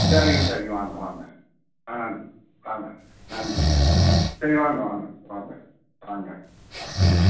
சரிங்க சரிங்க வாங்க வாங்க ஆ வாங்க நன்றிங்க சேரி வாங்க வாங்க வாங்க வாங்க ம்